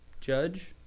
Judge